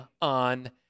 on